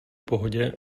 pohodě